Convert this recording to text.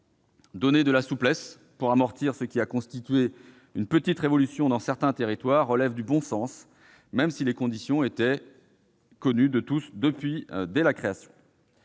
Donner de la souplesse pour amortir ce qui a constitué une petite révolution dans certains territoires relève du bon sens, même si les conditions étaient connues de tous dès leur création.